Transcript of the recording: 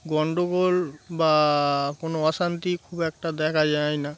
গণ্ডগোল বা কোনো অশান্তি খুব একটা দেখা যায় না